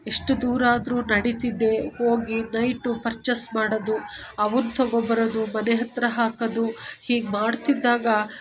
ಎಷ್ಟು ದೂರ ಆದರೂ ನಡೀತಿದ್ದೆ ಹೋಗಿ ನೈಟು ಪರ್ಚೆಸ್ ಮಾಡೋದು ಅವನ್ನು ತೊಗೊಬರೋದು ಮನೆ ಹತ್ತಿರ ಹಾಕೋದು ಹೀಗೆ ಮಾಡ್ತಿದ್ದಾಗ